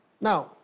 Now